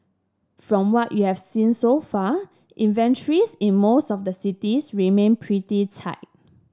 from what we've seen so far inventories in most of the cities remain pretty tight